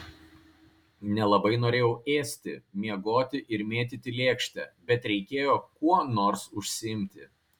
nelabai norėjau ėsti miegoti ir mėtyti lėkštę bet reikėjo kuo nors užsiimti